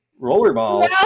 rollerball